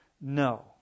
no